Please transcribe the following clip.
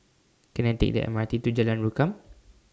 Can I Take The M R T to Jalan Rukam